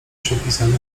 przepisem